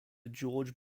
george